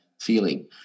feeling